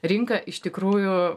rinka iš tikrųjų